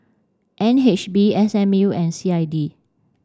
N H B S M U and C I D